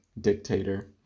dictator